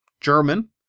German